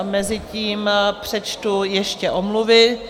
Mezitím přečtu ještě omluvy.